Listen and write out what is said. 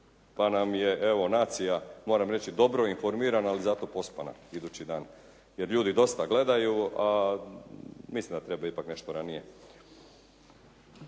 pa nam je evo nacija moram reći dobro informirana ali zato pospana idući dan jer ljudi dosta gledaju a mislim da treba ipak nešto ranije.